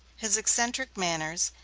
his eccentric manners,